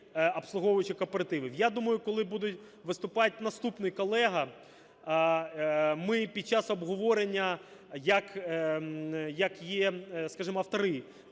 обслуговуючих кооперативів. Я думаю, коли буде виступати наступний колега, ми під час обговорення, як, скажімо,